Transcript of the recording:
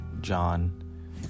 John